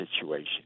situation